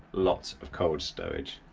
lots of cold stowage,